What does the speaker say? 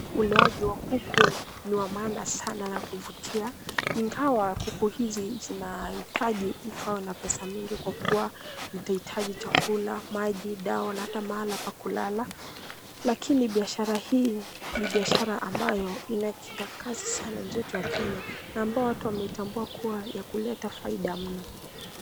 Uleaji wa kuku ni wa maana sana na kuvuti, ingawa kuku hizi zinahitaji mtu awe na pesa mingi kwa kuwa vitahitaji chakula, maji, dawa na hata mahali pa kulala, lakini biashara hii, ni biashara ambayo inakikakasi sana nchi yetu ya Kenya na ambao watu wametambua kuwa ya kuleta faida mno.